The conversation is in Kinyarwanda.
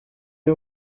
iyo